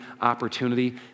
opportunity